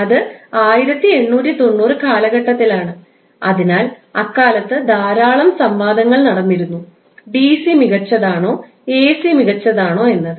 അത് 1890 കാലഘട്ടത്തിലാണ് അതിനാൽ അക്കാലത്ത് ധാരാളം സംവാദങ്ങൾ നടന്നിരുന്നു ഡിസി മികച്ചതാണോ എസി മികച്ചതാണോ എന്നത്